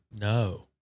No